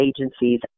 agencies